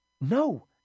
No